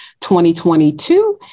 2022